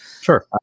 Sure